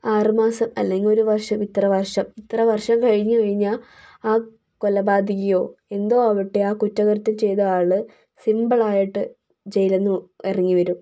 ആറു മാസം അല്ലെങ്കിൽ ഒരു വർഷം ഇത്ര വർഷം ഇത്ര വർഷം കഴിഞ്ഞു കഴിഞ്ഞാൽ ആ കൊലപാതകിയോ എന്തോ ആവട്ടെ ആ കുറ്റകൃത്യം ചെയ്ത ആൾ സിംപിളായിട്ട് ജയിലിൽ നിന്നും ഇറങ്ങിവരും